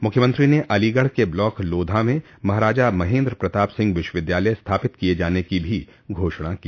मुख्यमंत्री ने अलीगढ़ के ब्लॉक लोधा में महाराजा महेन्द्र प्रताप सिंह विश्वविद्यालय स्थापित किये जाने की भी घोषणा की